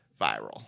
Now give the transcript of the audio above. viral